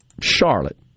Charlotte